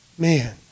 Man